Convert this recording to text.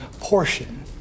portion